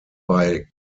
bei